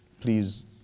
please